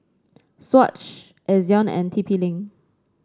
Swatch Ezion and T P Link